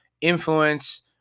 influence